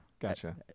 Gotcha